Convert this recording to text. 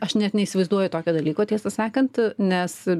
aš net neįsivaizduoju tokio dalyko tiesą sakant nes